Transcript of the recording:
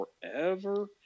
forever